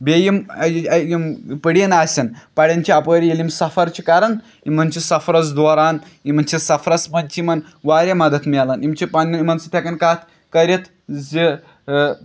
بیٚیہِ یِم یِم پٔڑیٖنۍ آسان پَران چھِ اَپٲری ییٚلہِ یِم سَفر چھِ کَران یِمَن چھِ سَفرس دوران یِمَن چھِ سَفرس منز چھِ یِمَن واریاہ مدت مِلان یِم چھِ پنٛنٮ۪ن یِمَن سۭتۍ ہٮ۪کان کَتھ کٔرِتھ زِ